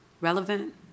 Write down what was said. relevant